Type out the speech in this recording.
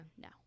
no